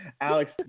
Alex